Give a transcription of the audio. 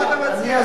אני אסביר.